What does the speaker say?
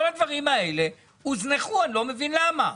כל הדברים האלה הוזנחו ואני לא מבין למה.